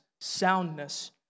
soundness